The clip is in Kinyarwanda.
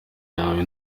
yawe